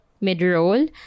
mid-roll